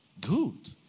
good